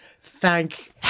Thank